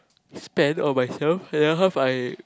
spend on myself and half I